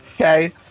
Okay